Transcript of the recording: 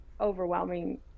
overwhelming